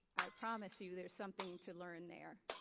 i promise you there's something to learn there.